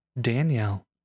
Danielle